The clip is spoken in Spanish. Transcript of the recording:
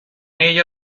ella